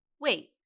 Wait